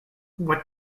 what